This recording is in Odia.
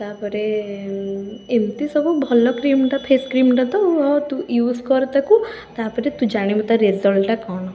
ତା'ପରେ ଏମିତି ସବୁ ଭଲ କ୍ରିମ୍ଟା ଫେସ୍ କ୍ରିମ୍ ଟା ତୁ ହ ତୁ ୟୁଜ୍ କର ତାକୁ ତା'ପରେ ତୁ ଜାଣିବୁ ତା' ରେଜଲ୍ଟଟା କ'ଣ